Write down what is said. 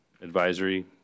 advisory